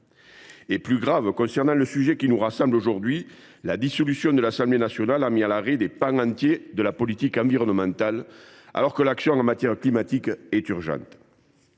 Plus grave encore, concernant le sujet qui nous rassemble aujourd’hui, la dissolution de l’Assemblée nationale a mis à l’arrêt des pans entiers de la politique environnementale alors que l’action en matière climatique est urgente.